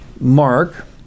mark